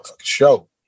show